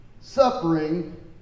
Suffering